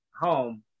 Home